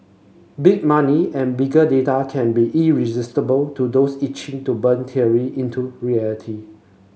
big money and bigger data can be irresistible to those itching to turn theory into reality